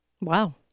wow